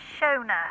Shona